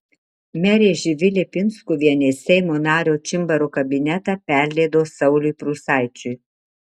merė živilė pinskuvienė seimo nario čimbaro kabinetą perleido sauliui prūsaičiui